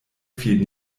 fiel